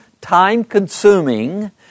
time-consuming